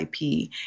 IP